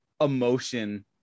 emotion